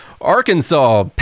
Arkansas